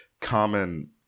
common